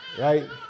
right